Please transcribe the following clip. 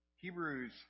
Hebrews